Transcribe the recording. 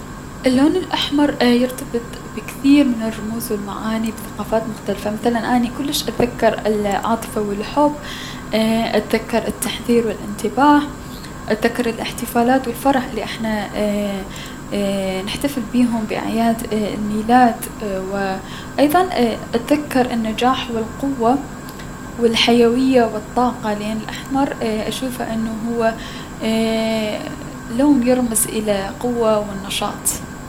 اللون الأحمر اي- يرتبط بكثير من الرموز و المعاني بثقافات مختلفة مثلا اني من اشوفه اتذكر العاطفة و الحب، اي- اتذكر التحذير و الأنتباه، اتذكلر الأحتفالات و الفرح الي احنا ايي- نحتفل بيهم بأعياد الميلاد و ايضا اتذكر النجاح و القوة و الحيوية و الطاقة لأن الأحمر ايي- اشوفه انو هو ايي- لون يرمز للقوة و النشاط.